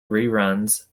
reruns